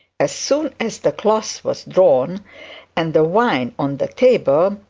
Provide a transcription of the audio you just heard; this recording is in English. as soon as the cloth was drawn and the wine on the table,